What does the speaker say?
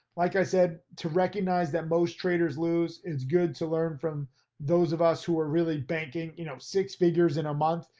like i said to recognize that most traders lose, it's good to learn from those of us who were really banking you know, six figures in a month,